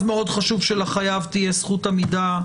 מאוד חשוב שלחייב תהיה זכות עמידה,